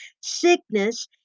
Sickness